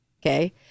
okay